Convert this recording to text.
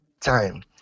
time